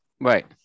Right